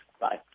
Bye